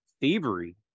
thievery